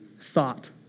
Thought